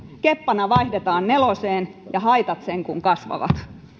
keppana vaihdetaan neloseen ja haitat sen kuin kasvavat